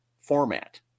format